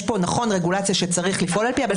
נכון, יש פה רגולציה שצריך לפעול על פיה.